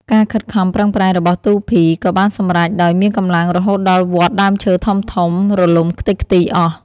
ការខិតខំប្រឹងប្រែង របស់ទូភី ក៏បានសម្រេច ដោយមានកម្លាំងរហូតដល់វ័ធដើមឈើធំៗរលំខ្ទេចខ្ទីរអស់។